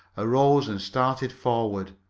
arose and started forward.